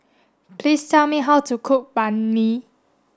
please tell me how to cook Banh Mi